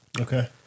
Okay